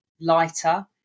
lighter